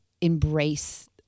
embrace